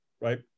right